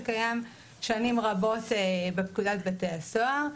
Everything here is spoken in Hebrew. שקיים שנים רבות בפקודת בתי הסוהר.